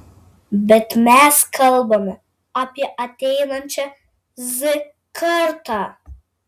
bet mes kalbame apie ateinančią z kartą